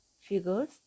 figures